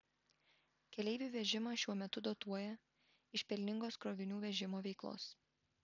keleivių vežimą šiuo metu dotuoja iš pelningos krovinių vežimo veiklos